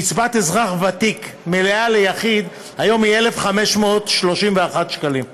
קצבת אזרח ותיק מלאה ליחיד היום היא 1,531 שקלים,